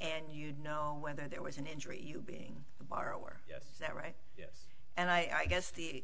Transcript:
and you know whether there was an injury you being a borrower yes that right yes and i guess the